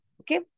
Okay